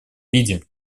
виде